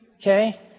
Okay